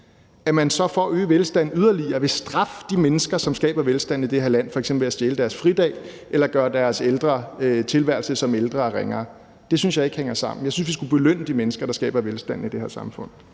at man så for at øge velstanden yderligere vil straffe de mennesker, som skaber velstanden i det her land, f.eks. ved at stjæle deres fridag eller ved at gøre deres tilværelse som ældre ringere. Det synes jeg ikke hænger sammen. Jeg synes, man skulle belønne de mennesker, der skaber velstand i det her samfund.